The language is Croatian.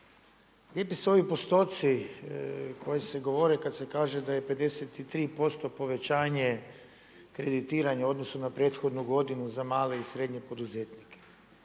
Lijepi su ovi postoci koji se govore kada se kaže da je 53% povećanje kreditiranja u odnosu na prethodnu godinu za male i srednje poduzetnike.